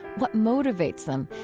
what motivates them,